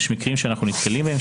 יש מקרים שאנחנו נתקלים בהם,